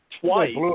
twice